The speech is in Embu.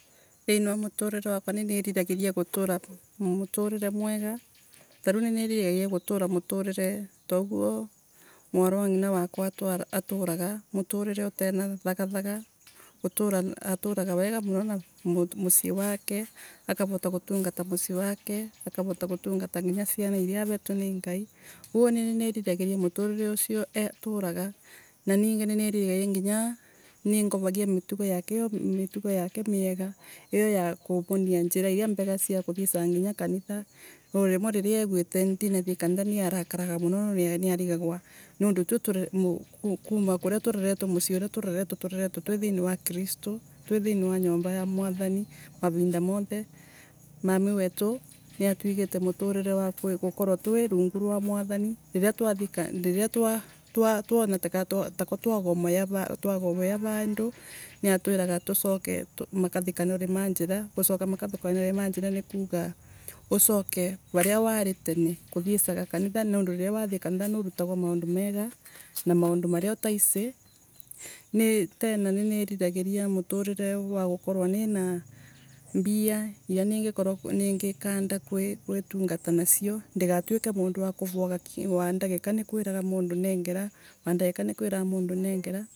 Thiini wa muturire wakwa niniriragiria gutura muturire mwega. Tariu ninirivagiria gutura muturire tauguo mwarwa wa ng’ina wakwa aturaga. Muturire utaina thagathaga. Gutura aturaga wega muno na mucii wako. Akavota gutungata mucii wake. Agatungata nginya ciana iria avetwe ni Ngai, koguo niniriragiria muturire ucio aturaga. Na ringi niniriragiria nginya ningovagia mitugo yake miega, iyo ya kuthie na njira iria cia kuthiecaga nginya kanitha. No rimwe riria eguite ndinathie kanitha niarakaraga muno. Nondu tue kuuma kuria tureretue mucii uria tureretwe tureretwe twi thiini wa kristu twi thiini wa mwathani, mavinda monthe. Mami wetu niatuigite twi rungu rwa mwathani. Riria twathie ka twa twana takwa twavovea vandu, niatwiraga tucoke makathi kanorima njira. Gucoka makathikanori ma njira ni kuga ucoke varia wari tene. Kuthiesaga karitha, nondu riria wathie kanitha nurutagwa maundu monthe na maundu maria utaici. Tena niniriragiria muturire wa gukorwa ni nambia iria ningikanda gwitungata nacio. Ndigatwuikw mundu wa kuvaaga wa ndagika ni kwairaga mundu nengera, wa ndagika ni kwiraga mundu nengera